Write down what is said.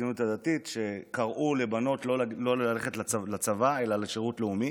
מהציונות הדתית שקראו לבנות לא ללכת לצבא אלא לשירות לאומי